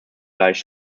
gleich